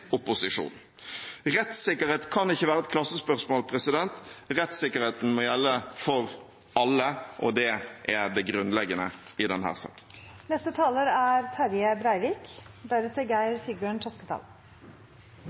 Rettssikkerhet kan ikke være et klassespørsmål. Rettssikkerheten må gjelde for alle, og det er det grunnleggende i denne saken.